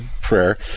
prayer